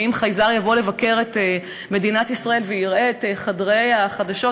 שאם חייזר יבוא לבקר במדינת ישראל ויראה את חדרי החדשות,